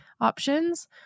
Options